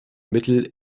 mittel